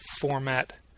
format